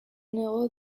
negó